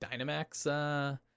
Dynamax